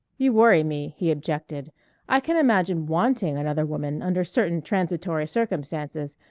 you worry me, he objected i can imagine wanting another woman under certain transitory circumstances,